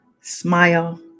smile